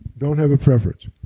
don't have a preference.